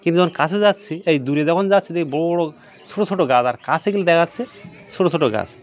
কিন্তু যখন কাছে যাচ্ছি এই দূরে যখন যাচ্ছি দেখি বড় বড় ছোট ছোট গাছ আর কাছে গেলে দেখা যাচ্ছে ছোট ছোট গাছ